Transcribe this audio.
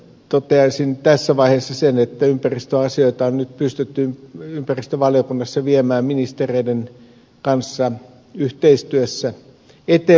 toteaisin tässä vaiheessa sen että ympäristöasioita on nyt pystytty ympäristövaliokunnassa viemään ministereiden kanssa yhteistyössä eteenpäin